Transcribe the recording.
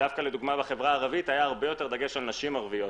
דווקא בחברה הערבית היה יותר דגש על נשים ערביות